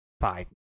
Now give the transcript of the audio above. five